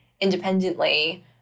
independently